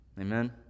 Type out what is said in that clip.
Amen